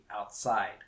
outside